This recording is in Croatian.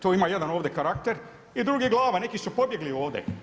To ima jedan ovdje karakter i drugi glava, neki su pobjegli ovdje.